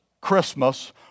Christmas